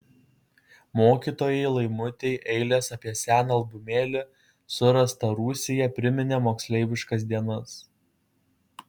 mokytojai laimutei eilės apie seną albumėlį surastą rūsyje priminė moksleiviškas dienas